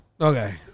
Okay